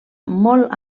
molt